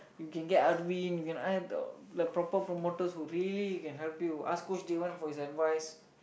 you can get Arwin you can ask the proper promoters who really can help you ask coach this one for his advice